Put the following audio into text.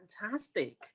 fantastic